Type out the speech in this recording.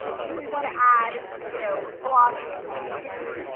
do we wanna add, you know, blogging, youtube,